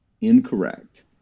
incorrect